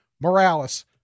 Morales